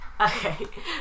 Okay